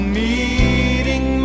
meeting